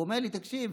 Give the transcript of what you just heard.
והוא אומר לי: תקשיב,